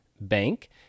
Bank